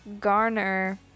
garner